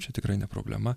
čia tikrai ne problema